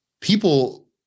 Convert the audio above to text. people